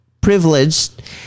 privileged